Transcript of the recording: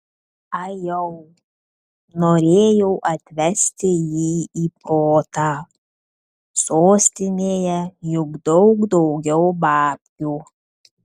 ajau norėjau atvesti jį į protą sostinėje juk daug daugiau babkių